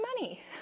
money